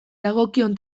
dagokion